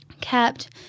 kept